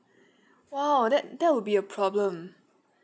!wow! that that will be a problem